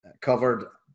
covered